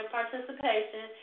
participation